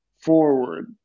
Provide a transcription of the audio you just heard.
forward